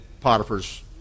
Potiphar's